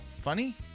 Funny